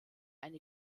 eine